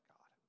God